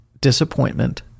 disappointment